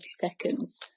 seconds